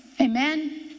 Amen